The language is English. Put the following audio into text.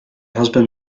husband